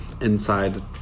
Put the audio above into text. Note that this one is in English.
inside